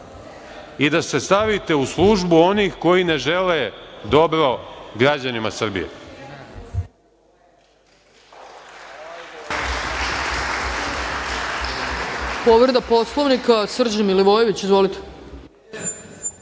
i da se stavite u službu onih koji ne žele dobro građanima Srbije.